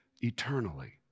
eternally